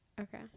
Okay